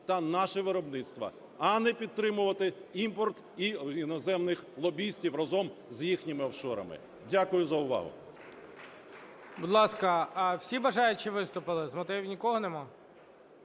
та наше виробництво. А не підтримувати імпорт і іноземних лобістів, разом з їхніми офшорами. Дякую за увагу.